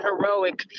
heroic